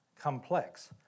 complex